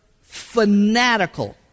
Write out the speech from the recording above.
fanatical